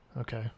okay